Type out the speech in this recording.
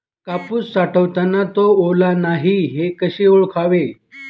कापूस साठवताना तो ओला नाही हे कसे ओळखावे?